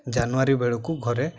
ଜାନୁଆରୀ ବେଳକୁ ଘରେ